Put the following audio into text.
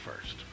first